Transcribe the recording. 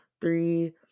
three